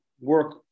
work